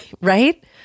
right